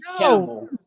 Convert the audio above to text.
No